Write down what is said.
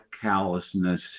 callousness